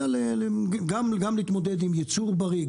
גם להתמודד עם ייצור בריא,